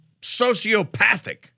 sociopathic